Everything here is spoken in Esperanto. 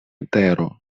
tero